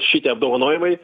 šitie apdovanojimai